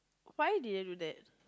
why didn't do that